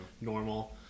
normal